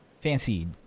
fancy